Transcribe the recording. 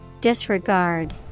Disregard